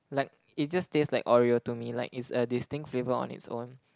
like it just taste like Oreo to me like it's a distinct flavour on its own